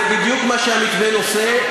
זה בדיוק מה שהמתווה עושה,